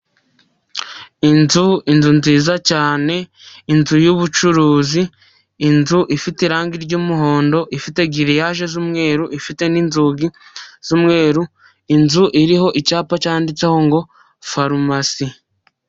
Inzu, inzu nziza cyane, inzu y'ubucuruzi, inzu ifite irangi ry'umuhondo, ifite giriyaje z'umweru, ifite n'inzugi z'umweru , inzu iriho icyapa cyanditseho ngo farumasi.